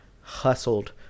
hustled